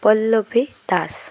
Pallavi Das